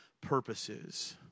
purposes